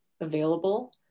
available